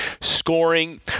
scoring